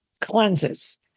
cleanses